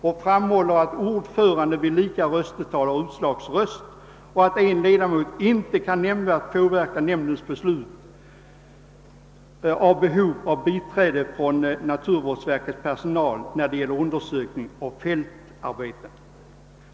Man framhåller också att ordföranden vid lika röstetal har utslagsröst och att en tredje fast ledamot inte nämnvärt kan påverka nämndens behov av biträde från naturvårdsverkets personal när det gäller undersökningar och fältarbeten.